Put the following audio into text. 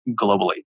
globally